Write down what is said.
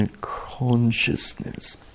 consciousness